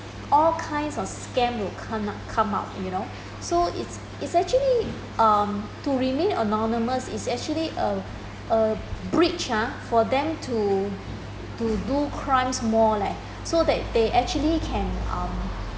all kinds of scams will come up come up you know so it's it's actually um to remain anonymous is actually a a bridge ah for them to do crimes more leh so that they can actually um